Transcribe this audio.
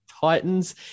Titans